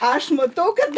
aš matau kad